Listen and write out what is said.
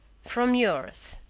from yours,